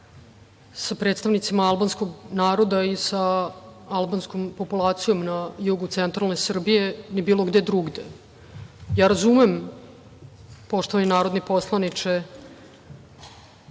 sa predstavnicima albanskog naroda i sa albanskom populacijom na jugu centralne Srbije, ni bilo gde drugde. Ja razumem poštovani narodni poslaniče